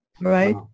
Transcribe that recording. right